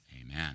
Amen